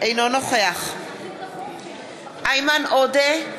אינו נוכח איימן עודה,